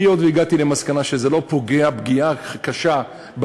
היות שהגעתי למסקנה שזה לא פוגע פגיעה קשה,